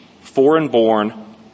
foreign-born